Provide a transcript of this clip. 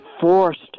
forced